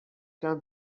can